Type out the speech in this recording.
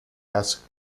asks